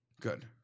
good